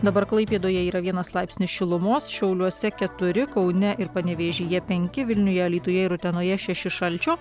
dabar klaipėdoje yra vienas laipsnis šilumos šiauliuose keturi kaune ir panevėžyje penki vilniuje alytuje ir utenoje šeši šalčio